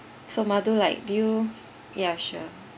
so madhu like do you ya sure